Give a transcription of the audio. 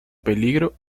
peligro